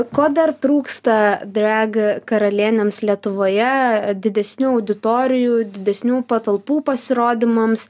ko dar trūksta drag karalienėms lietuvoje didesnių auditorijų didesnių patalpų pasirodymams